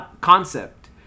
concept